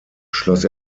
schloss